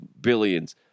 billions